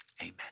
Amen